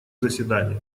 заседаниях